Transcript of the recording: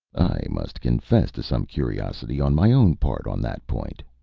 i must confess to some curiosity on my own part on that point,